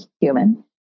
human